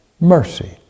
mercy